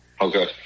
Okay